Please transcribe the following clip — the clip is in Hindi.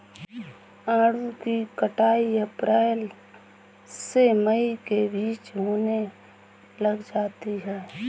आड़ू की कटाई अप्रैल से मई के बीच होने लग जाती है